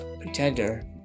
Pretender